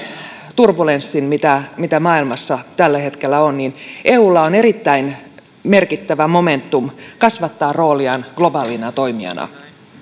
turbulenssin mitä mitä maailmassa tällä hetkellä on niin eulla on erittäin merkittävä momentum kasvattaa rooliaan globaalina toimijana